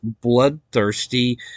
bloodthirsty